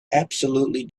absolutely